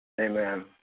Amen